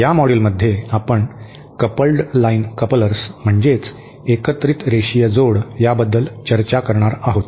या मॉड्यूलमध्ये आपण कपल्ड लाईन कपलर्स म्हणजेच एकत्रित रेषीय जोड याबद्दल चर्चा करणार आहोत